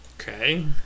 Okay